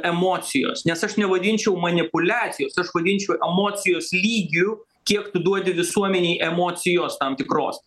emocijos nes aš nevadinčiau manipuliacijos aš vadinčiau emocijos lygiu kiek tu duodi visuomenei emocijos tam tikros